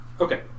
okay